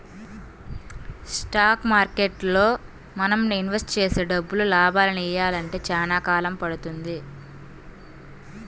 stock మార్కెట్టులో మనం invest చేసే డబ్బులు లాభాలనియ్యాలంటే చానా కాలం పడుతుంది